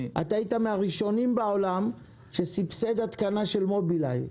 היית מן הראשונים בעולם שסבסד התקנה של מוביליי,